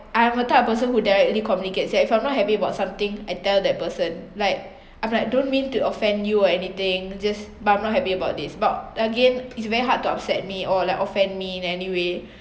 I am a type of person who directly communicates that if I'm not happy about something I tell that person like I'm like don't mean to offend you or anything just but I'm not happy about this but again it's very hard to upset me or like offend me in any way